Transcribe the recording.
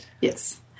yes